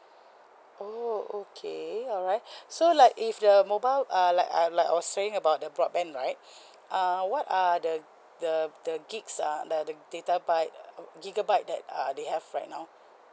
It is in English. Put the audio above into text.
oh okay alright so like if the mobile uh like I like I was saying about the broadband right err what are the the the gigs uh the the data byte gigabyte that uh they have right now